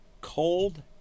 cold